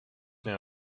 now